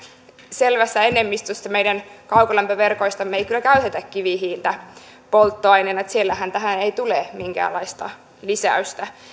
selvässä enemmistössä meidän kaukolämpöverkoistamme ei kyllä käytetä kivihiiltä polttoaineena siellähän tähän ei tule minkäänlaista lisäystä